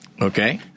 okay